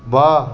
वाह्